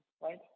right